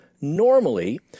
Normally